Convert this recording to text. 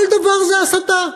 כל דבר זה הסתה.